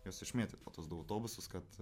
juos išmėtyt po tuos du autobusus kad